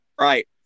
Right